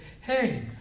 hey